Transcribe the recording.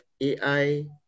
AI